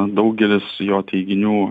daugelis jo teiginių